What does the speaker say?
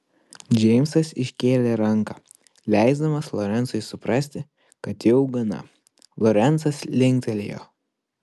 džeimsas iškėlė ranką leisdamas lorencui suprasti kad jau gana lorencas linktelėjo